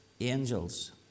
Angels